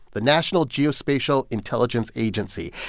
the national geospatial-intelligence agency.